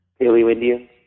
Paleo-Indians